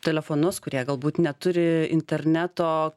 telefonus kurie galbūt neturi interneto